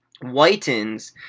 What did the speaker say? whitens